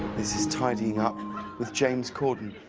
this is tiddeing up with james corden.